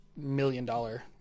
million-dollar